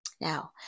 Now